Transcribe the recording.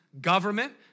government